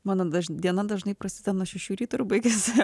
mano diena dažnai prasideda nuo šešių ryto ir baigiasi